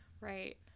right